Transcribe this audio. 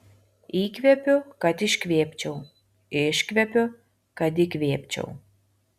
įkvepiu kad iškvėpčiau iškvepiu kad įkvėpčiau